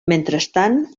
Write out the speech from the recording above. mentrestant